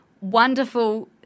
wonderful